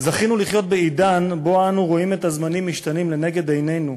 זכינו לחיות בעידן שבו אנחנו רואים את הזמנים משתנים לנגד עינינו,